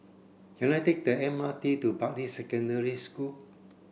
can I take the M R T to Bartley Secondary School